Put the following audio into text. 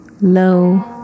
low